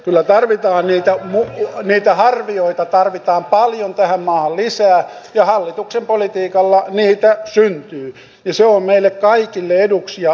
kyllä niitä harvioita tarvitaan paljon tähän maahan lisää ja hallituksen politiikalla niitä syntyy ja se on meille kaikille eduksi ja välttämätöntä